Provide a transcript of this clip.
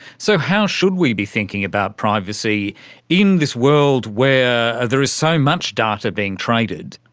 so how should we be thinking about privacy in this world where there is so much data being traded?